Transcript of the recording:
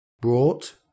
brought